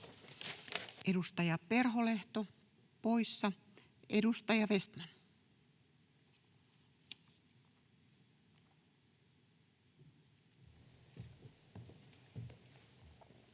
Edustaja Perholehto, poissa. — Edustaja Vestman.